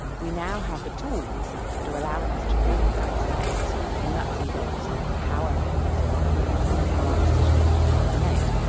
we now have the tools that are allowing us to really dissect the nuts and bolts of how our behaviours arise and how our decisions in our life are made.